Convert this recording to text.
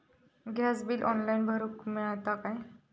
Gas bill online भरुक मिळता काय?